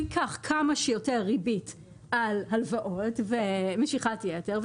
כמה שיותר ריבית על הלוואות ומשיכת יתר,